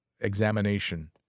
examination